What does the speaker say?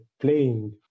playing